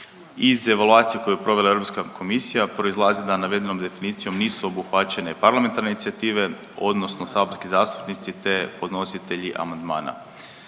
iz evaluacije koju je provela Europska komisija proizlazi da navedenom definicijom nisu obuhvaćene parlamentarne inicijative, odnosno saborski zastupnici te podnositelji amandmana.